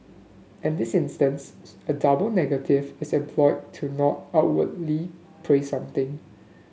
in this instance a double negative is employed to not outwardly praise something